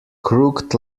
crooked